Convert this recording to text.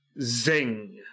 Zing